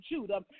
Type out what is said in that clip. Judah